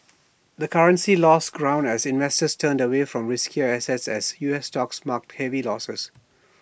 the currency lost ground as investors turned away from riskier assets as U S stocks marked heavy losses